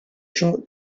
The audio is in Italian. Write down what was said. ciò